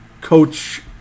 Coach